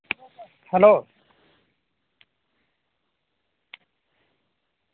hello